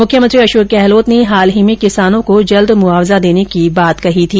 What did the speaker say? मुख्यमंत्री अशोक गहलोत ने हाल ही में किसानों को जल्द मुआवजा देने की बात कही थी